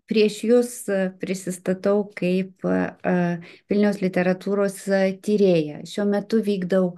prieš jus prisistatau kaip a vilniaus literatūros tyrėja šiuo metu vykdau